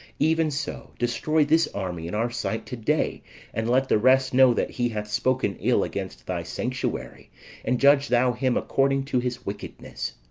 even so destroy this army in our sight today and let the rest know that he hath spoken ill against thy sanctuary and judge thou him according to his wickedness.